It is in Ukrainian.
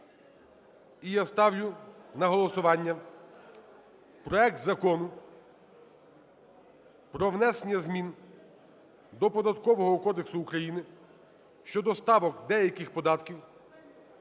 І я ставлю на голосування проект Закону про внесення змін до Податкового кодексу України щодо ставок деяких податків